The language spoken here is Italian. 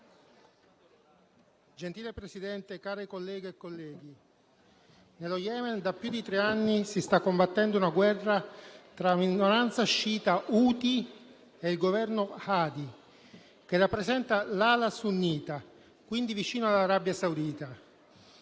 Signor Presidente, care colleghe, colleghi, nello Yemen da più di tre anni si sta combattendo una guerra tra una minoranza sciita *houthi* e il Governo Hadi, che rappresenta l'ala sunnita, quindi vicina all'Arabia Saudita.